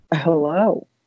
hello